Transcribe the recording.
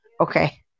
okay